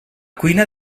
cuina